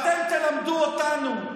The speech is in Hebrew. אתם תלמדו אותנו?